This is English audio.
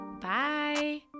bye